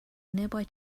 nearby